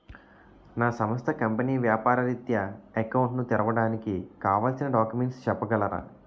నా సంస్థ కంపెనీ వ్యాపార రిత్య అకౌంట్ ను తెరవడానికి కావాల్సిన డాక్యుమెంట్స్ చెప్పగలరా?